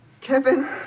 Kevin